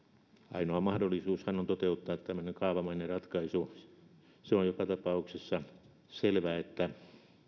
ainoa mahdollisuushan on toteuttaa tämmöinen kaavamainen ratkaisu se on joka tapauksessa selvää että